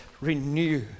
renew